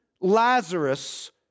Lazarus